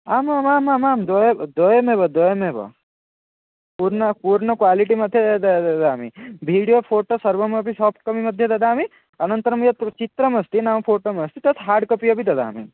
आमामामामां द्वयोः द्वयमेव द्वयमेव पूर्णं पूर्णं क्वालिटि मध्ये ददामि वीडियो फ़ोटो सर्वमपि साफ़्ट् कापि मध्ये ददामि अनन्तरं यत् रु चित्रमस्ति नाम फ़ोटो मास्ति तत् हार्ड् कापि अपि ददामि